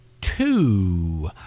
two